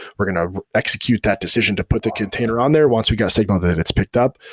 we're going to execute that decision to put the container on there. once we got a signal that it's picked up,